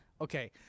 Okay